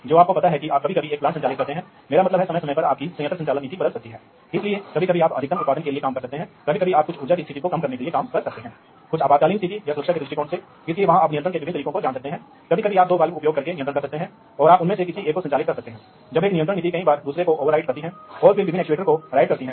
अब पहले जो हुआ करता था वह यह है कि प्रौद्योगिकी की मालिकाना प्रकृति के कारण जो मानक नहीं था इसलिए आप कंपनी ए को वास्तव में जानते हैं कंपनी ए के नियंत्रक शायद कंपनी ए के ऑपरेटर स्टेशन से बात करेंगे लेकिन यह कंपनी के बी से बात नहीं करेगा ऑपरेटर स्टेशन